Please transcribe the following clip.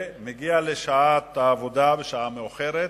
הוא מגיע לעבודה בשעה מאוחרת,